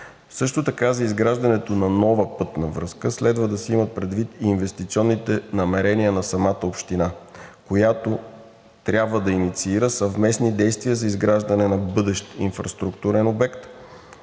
Също така за изграждането на нова пътна връзка следва да се имат предвид инвестиционните намерения на самата община, която трябва да инициира съвместни действия за изграждане на бъдещ инфраструктурен обект